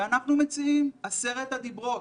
אנחנו מציעים עשר הדיברות.